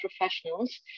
professionals